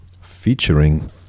Featuring